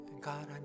God